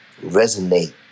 resonate